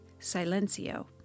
silencio